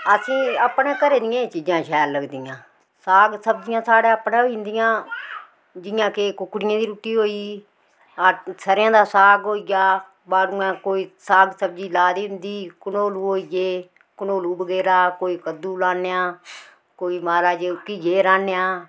असेंई अपने घरें दियां चीजां ई शैल लगदियां साग सब्जियां साढ़ै अपनै होईं जंदियां जियां के कुक्कडियें दी रुट्टी होई गेई सरेआं दा साग होई गेआ बाडूएं कोई साग सब्जी लाई दी होंदी कंडोलु होई गे कंडोलु बगैरा कोई कद्दूं लान्ने आं कोई महाराज घिये राह्ने आं